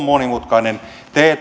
monimutkainen te